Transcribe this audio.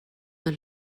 der